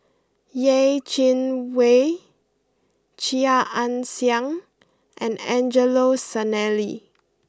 Yeh Chi Wei Chia Ann Siang and Angelo Sanelli